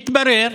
מתברר,